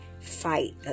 fight